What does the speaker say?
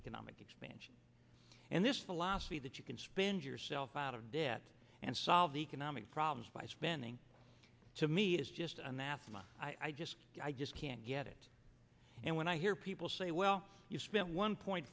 economic expansion and this philosophy that you can spin yourself out of debt and solve the economic problems by spending to me is just anathema i just i just can't get it and when i hear people say well you spent one point